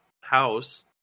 house